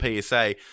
psa